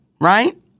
right